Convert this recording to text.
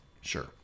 Sure